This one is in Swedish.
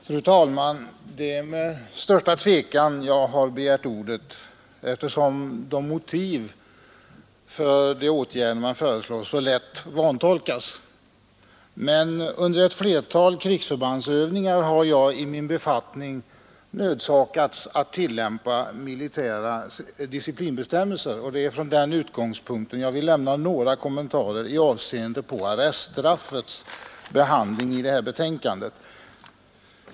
Fru talman! Det är med största tvekan jag har begärt ordet, eftersom motiven för de åtgärder man föreslår så lätt vantolkas. Men under ett flertal krigsförbandsövningar har jag i min befattning nödgats tillämpa militära disciplinbestämmelser, och det är från den utgångspunkten jag vill göra några kommentarer med avseende på arreststraffets behandling i det här betänkandet.